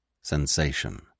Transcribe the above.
Sensation